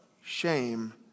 shame